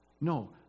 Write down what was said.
No